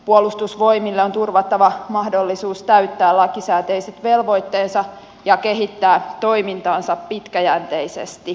puolustusvoimille on turvattava mahdollisuus täyttää lakisääteiset velvoitteensa ja kehittää toimintaansa pitkäjänteisesti